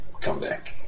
comeback